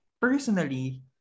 personally